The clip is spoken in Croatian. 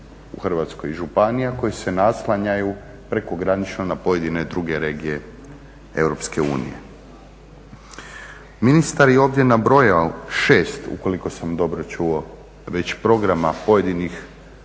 u hrvatskim županijama koje se naslanjaju prekogranično na pojedine druge regije EU. Ministar je ovdje nabrojao 6, ukoliko sam dobro čuo, već programa pojedinih